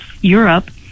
Europe